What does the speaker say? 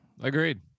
Agreed